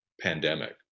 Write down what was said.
pandemic